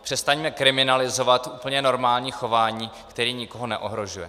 Přestaňme kriminalizovat úplně normální chování, které nikoho neohrožuje.